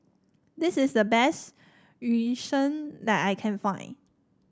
this is the best Yu Sheng that I can find